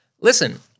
listen